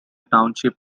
township